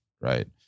right